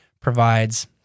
provides